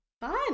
Fun